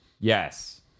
Yes